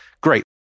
Great